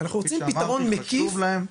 חשוב להם,